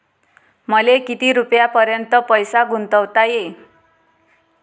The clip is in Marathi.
मले किती रुपयापर्यंत पैसा गुंतवता येईन?